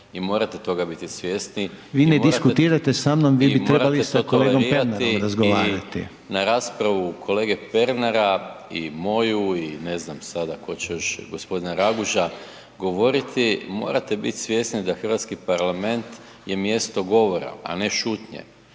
…/Upadica Reiner: Vi ne diskutirate sa mnom, vi bi trebali sa kolegom Pernarom razgovarati./… **Maras, Gordan (SDP)** … i morate to tolerirati i na raspravu kolege Pernara i moju i ne znam sada ko će još, g. Raguža govoriti, morate biti svjesni da hrvatski parlament je mjesto govora a ne šutnje.